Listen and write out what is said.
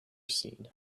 seen